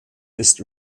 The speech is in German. ist